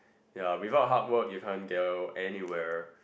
ya we worked hard work you can't go anywhere